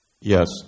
Yes